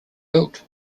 built